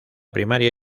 primaria